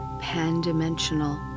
pan-dimensional